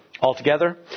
Altogether